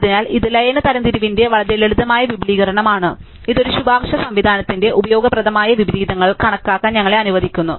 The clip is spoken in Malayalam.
അതിനാൽ ഇത് ലയന തരംതിരിവിന്റെ വളരെ ലളിതമായ വിപുലീകരണമാണ് ഇത് ഒരു ശുപാർശ സംവിധാനത്തിന് ഉപയോഗപ്രദമായ വിപരീതങ്ങൾ കണക്കാക്കാൻ ഞങ്ങളെ അനുവദിക്കുന്നു